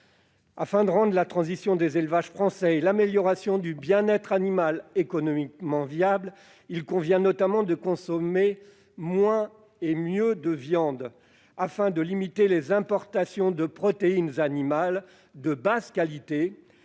Afin de rendre la transition des élevages français et l'amélioration du bien-être animal économiquement viables, il convient notamment de consommer « mieux et moins » de viande, condition nécessaire pour limiter les importations de protéines animales de basse qualité